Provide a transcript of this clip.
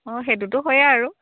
অঁ সেইটোটো হয়েই আৰু